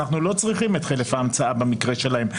אנחנו לא צריכים את חלף ההמצאה במקרה שלהם,